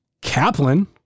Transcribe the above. kaplan